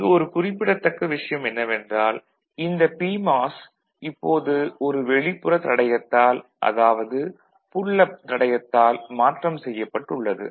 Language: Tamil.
இங்கு ஒரு குறிப்பிடத்தக்க விஷயம் என்னவென்றால் இந்த பிமாஸ் இப்போது ஒரு வெளிப்புற தடையத்தால் அதாவது புல் அப் தடையத்தால் மாற்றம் செய்யப்பட்டுள்ளது